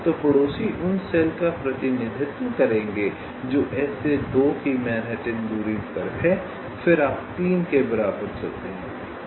तो पड़ोसी उन सेल का प्रतिनिधित्व करेंगे जो S से 2 की मैनहट्टन दूरी पर हैं फिर आप 3 के बराबर चलते हैं